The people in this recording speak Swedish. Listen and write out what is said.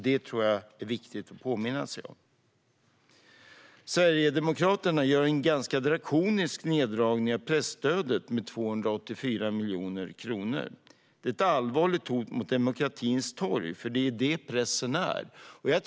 Det tror jag är viktigt att påminna om. Sverigedemokraterna gör en ganska drakonisk neddragning av presstödet med 284 miljoner kronor. Det är ett allvarligt hot mot demokratins torg, eftersom det är det som pressen är.